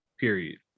period